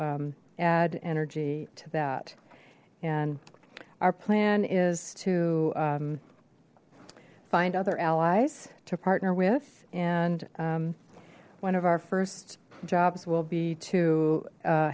add energy to that and our plan is to find other allies to partner with and one of our first jobs will be to